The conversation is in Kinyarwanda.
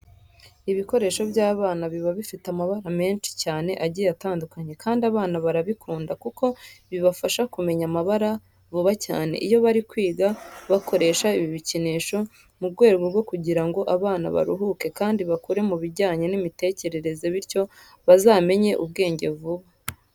Ibikoresho by'abana biba bifite amabara menshi cyane agiye atandukanye kandi abana barabikunda kuko bibafasha kumenya amabara vuba cyane. Iyo bari kwiga bakoresha ibi bikinisho mu rwego rwo kugira ngo abana baruhuke kandi bakure mu bijyanye n'imitekerereze bityo bazamenye ubwenge vuba.